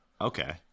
Okay